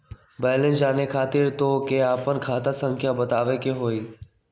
Balance जाने खातिर तोह के आपन खाता संख्या बतावे के होइ?